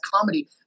comedy